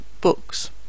books